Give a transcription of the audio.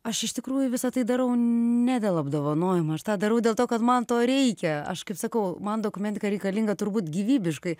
aš iš tikrųjų visa tai darau ne dėl apdovanojimų aš tą darau dėl to kad man to reikia aš kaip sakau man dokumentika reikalinga turbūt gyvybiškai